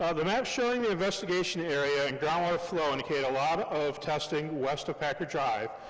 ah the map's showing the investigation area and groundwater flow indicate a lot of testing west of packer drive,